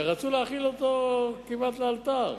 ורצו להחיל אותו כמעט לאלתר.